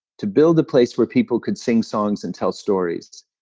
to build a place where people could sing songs and tell stories.